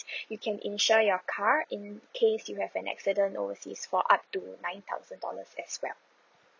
you can insure your car in case you have an accident overseas for up to nine thousand dollars as well